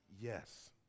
yes